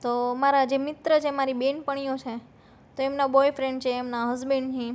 તો મારા જે મિત્ર છે મારી જે બેનપણીઓ છે તો એમના બોયફ્રેન્ડ છે એમના હસબેન્ડ છે